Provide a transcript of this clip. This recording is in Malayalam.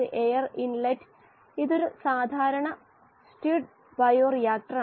ഫ്ലക്സ് ഒരേ പോലെ ആയിരിക്കണം അതിനാൽ ഓരോ പദവും NA യ്ക്ക് തുല്യമാണ് ഫ്ലക്സ് എന്ന് നാം നിർവചിച്ചിരിക്കുന്നു